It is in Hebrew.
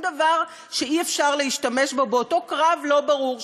דבר שאי-אפשר להשתמש בו באותו קרב לא ברור,